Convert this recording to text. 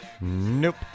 Nope